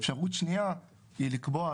אפשרות שנייה היא לקבוע,